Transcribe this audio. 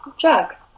Jack